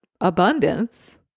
abundance